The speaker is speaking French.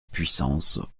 puissance